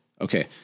okay